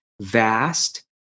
vast